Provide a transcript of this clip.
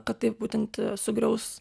kad taip būtent sugriaus